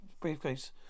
briefcase